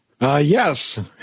Yes